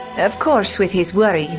of course, with his worry,